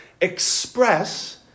express